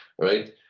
right